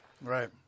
Right